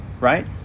right